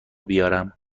بیارم